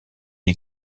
est